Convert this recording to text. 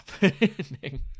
happening